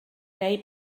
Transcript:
neu